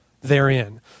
therein